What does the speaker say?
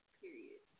period